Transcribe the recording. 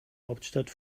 hauptstadt